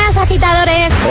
agitadores